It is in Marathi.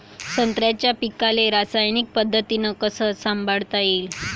संत्र्याच्या पीकाले रासायनिक पद्धतीनं कस संभाळता येईन?